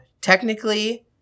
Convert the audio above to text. technically